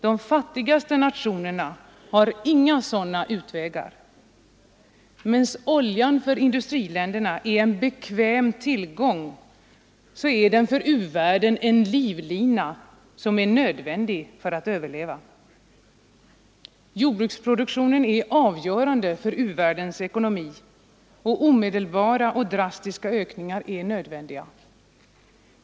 De fattigaste nationerna har inga sådana utvägar. Medan oljan för industriländerna är en bekväm tillgång, är den för u-världen en livlina, som är nödvändig för att överleva. Jordbruksproduktionen är avgörande för u-världens ekonomi, och omedelbara och drastiska ökningar är nödvändiga.